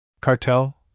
Cartel